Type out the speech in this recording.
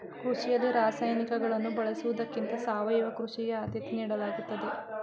ಕೃಷಿಯಲ್ಲಿ ರಾಸಾಯನಿಕಗಳನ್ನು ಬಳಸುವುದಕ್ಕಿಂತ ಸಾವಯವ ಕೃಷಿಗೆ ಆದ್ಯತೆ ನೀಡಲಾಗುತ್ತದೆ